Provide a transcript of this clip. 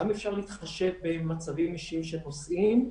גם יאפשרו להתחשב במצבים אישיים של נוסעים.